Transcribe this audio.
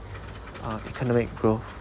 uh economic growth